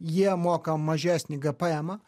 jie moka mažesnį gpmą